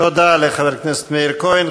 תודה לחבר הכנסת מאיר כהן.